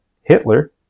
Hitler